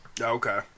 okay